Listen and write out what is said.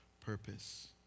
purpose